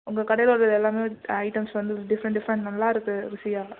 உங்கள் கடையில் உள்ளது எல்லாமே ஐட்டம்ஸ் வந்து டிஃப்ரெண்ட் டிஃப்ரெண்ட் நல்லாயிருக்கு ருசியாக